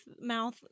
mouth